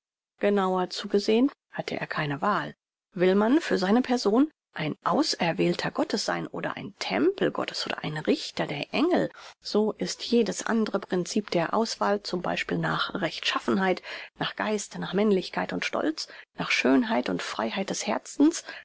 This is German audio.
genauer zugesehn hat er keine wahl will man für seine person ein auserwählter gottes sein oder ein tempel gottes oder ein richter der engel so ist jedes andre princip der auswahl zum beispiel nach rechtschaffenheit nach geist nach männlichkeit und stolz nach schönheit und freiheit des herzens